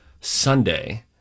Sunday